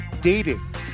dating